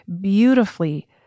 beautifully